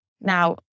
Now